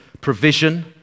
provision